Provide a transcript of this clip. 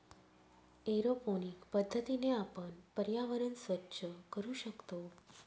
aeroponic पद्धतीने आपण पर्यावरण स्वच्छ करू शकतो